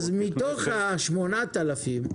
אז מתוך 8,000,